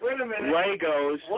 Legos